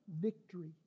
victory